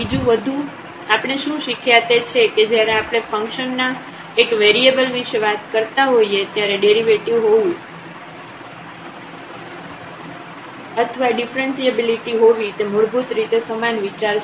બીજુ વધુ આપણે શું શીખ્યા તે છે કે જ્યારે આપણે ફંકશન ના એક વેરિયેબલ વિશે વાત કરતા હોઈએ ત્યારે ડેરિવેટિવ હોવું અથવા ડીફરન્સીએબિલિટી હોવી તે મૂળભૂત રીતે સમાન વિચાર છે